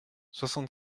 soixante